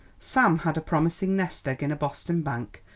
sam had a promising nest-egg in a boston bank,